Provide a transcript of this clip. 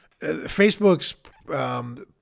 Facebook's